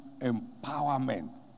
empowerment